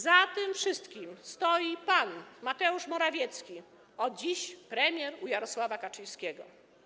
Za tym wszystkim stoi pan, Mateusz Morawiecki, od dziś premier u Jarosława Kaczyńskiego.